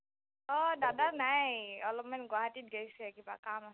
হয় দাদা নাই অলপমান গুৱাহাটীত গেইছে কিবা কাম আছে